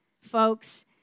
folks